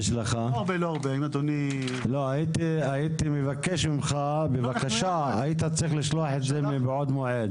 330ח. היית צריך לשלוח את זה מבעוד מועד.